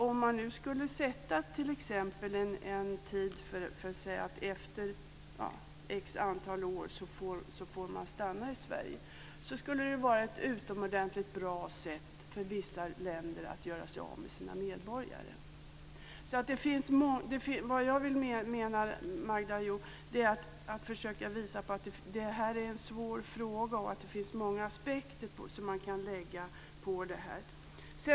Om man skulle sätta en tidsgräns och säga att man efter ett visst antal år får stanna i Sverige skulle det vara ett utomordentligt bra sätt för vissa länder att göra sig av med sina medborgare. Jag vill försöka visa på att det här är en svår fråga som man kan lägga många aspekter på.